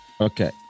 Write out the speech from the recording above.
Okay